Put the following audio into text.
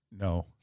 No